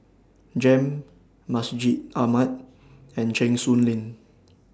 Jem Masjid Ahmad and Cheng Soon Lane